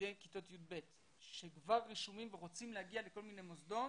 התלמידים האלה כבר רשומים ורוצים להגיע לכל מיני מוסדות